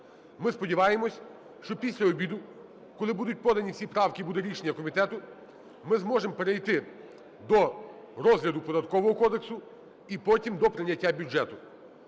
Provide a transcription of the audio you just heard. Ми сподіваємось, що після обіду, коли будуть подані всі правки і буде рішення комітету, ми зможемо перейти до розгляду Податкового кодексу і потім до прийняття бюджету.